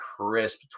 Crisp